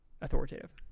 authoritative